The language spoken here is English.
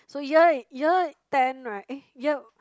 so year year ten right eh year